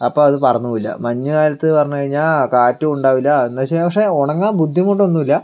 അപ്പോൾ അത് പറന്ന് പോകില്ല മഞ്ഞ് കാലത്ത് പറഞ്ഞു കഴിഞ്ഞാൽ കാറ്റും ഉണ്ടാകില്ല എന്ന് വെച്ചാൽ പക്ഷെ ഉണങ്ങാൻ ബുദ്ധിമുട്ട് ഒന്നും ഇല്ല